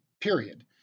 period